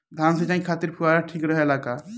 धान सिंचाई खातिर फुहारा ठीक रहे ला का?